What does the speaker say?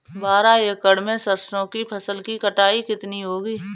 बारह एकड़ में सरसों की फसल की कटाई कितनी होगी?